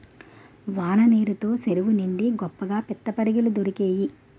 వాన నీరు తో సెరువు నిండి గొప్పగా పిత్తపరిగెలు దొరికేయి